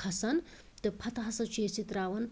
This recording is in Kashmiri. کھَسان تہٕ پَتہٕ ہَسا چھ أسۍ یہِ ترٛاوان